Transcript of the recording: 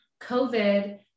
COVID